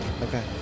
Okay